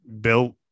built